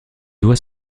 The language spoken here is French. doit